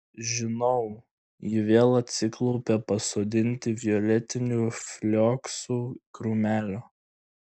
žinau ji vėl atsiklaupė pasodinti violetinių flioksų krūmelio